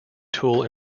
tool